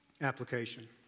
application